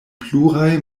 pluraj